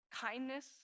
Kindness